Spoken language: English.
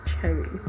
cherries